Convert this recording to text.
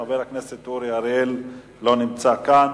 חבר הכנסת אורי אריאל, לא נמצא כאן.